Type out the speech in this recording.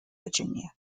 virginia